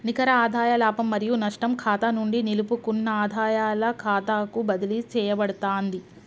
నికర ఆదాయ లాభం మరియు నష్టం ఖాతా నుండి నిలుపుకున్న ఆదాయాల ఖాతాకు బదిలీ చేయబడతాంది